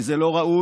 וזה לא ראוי,